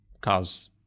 cause